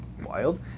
wild